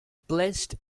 pledged